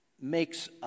makes